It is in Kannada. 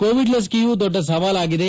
ಕೋವಿಡ್ ಲಸಿಕೆಯು ದೊಡ್ಡ ಸವಾಲಾಗಿದೆ